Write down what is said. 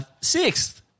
sixth